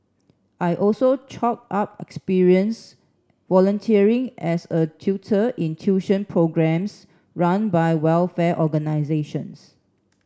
I also chalked up experience volunteering as a tutor in tuition programmes run by welfare organisations